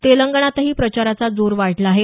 तेलंगणातही प्रचाराचा जोर वाढला आहे